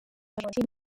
argentine